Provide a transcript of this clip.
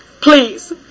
please